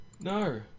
No